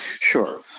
Sure